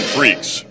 Freaks